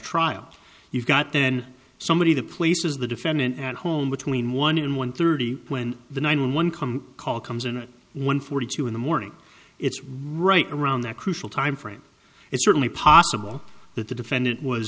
trial you've got then somebody the place is the defendant at home between one and one thirty when the nine one come call comes in at one forty two in the morning it's right around that crucial time frame it's certainly possible that the defendant was